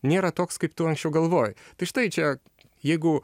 nėra toks kaip tu anksčiau galvojai tai štai čia jeigu